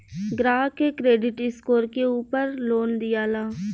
ग्राहक के credit score के उपर लोन दियाला